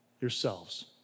yourselves